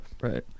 right